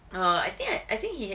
no I think I I think he